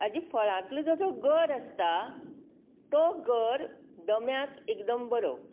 हाजी फळांतलो जो गर आसता तो गर दम्याक एकदम बरो